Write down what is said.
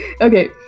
Okay